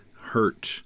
hurt